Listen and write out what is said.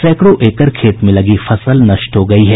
सैकड़ों एकड़ खेत में लगी फसल नष्ट हो गयी है